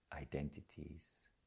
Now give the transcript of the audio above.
identities